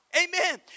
Amen